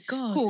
God